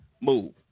move